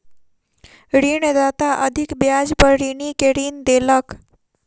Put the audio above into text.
ऋणदाता अधिक ब्याज पर ऋणी के ऋण देलक